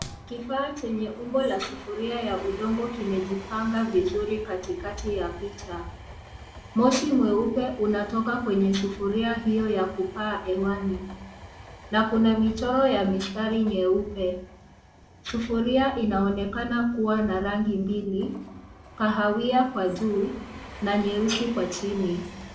Kifaa chenye umbo la sufuria ya udongo kimejipanga vizuri katikati ya picha. Moshi mweupe unatoka kwenye sufuria hio na kupaa hewani na kuna michoro ya mistari nyeupe. sufuria inaonekana kuwa na rangi mbili, kahawia kwa juu na nyeusi kwa chini.